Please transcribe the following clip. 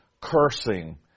cursing